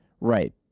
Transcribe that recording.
Right